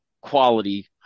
quality